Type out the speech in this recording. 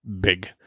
big